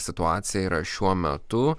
situacija yra šiuo metu